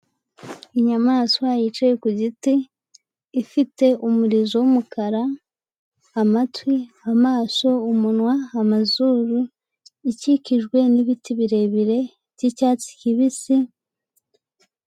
Inyamaswa yicaye ku giti, ifite umurizo w'umukara, amatwi, amaso, umunwa, amazuru. Ikikijwe n'ibiti birebire by'icyatsi kibisi….